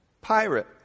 Pirate